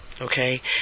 Okay